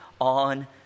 on